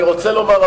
אני רוצה לומר,